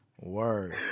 Word